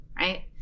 right